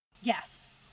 Yes